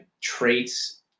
traits